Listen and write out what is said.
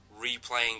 replaying